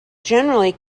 generally